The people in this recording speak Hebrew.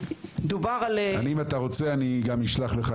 אבל אם אתה רוצה אני גם אשלח לך,